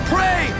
Pray